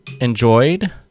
enjoyed